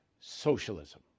socialism